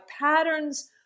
patterns